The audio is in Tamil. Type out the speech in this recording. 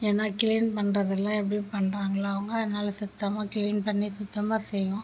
ஏன்னால் க்ளீன் பண்றதில் எப்படி பண்றாங்களோ அவங்க அதனால் சுத்தமாக க்ளீன் பண்ணி சுத்தமாக செய்வோம்